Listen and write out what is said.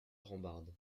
rambarde